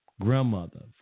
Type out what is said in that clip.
Grandmother